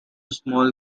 small